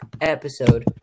episode